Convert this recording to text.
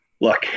look